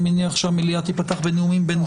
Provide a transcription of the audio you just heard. אני מניח שהמליאה תיפתח בנאומים בני דקה.